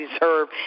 deserve